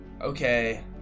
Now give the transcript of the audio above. okay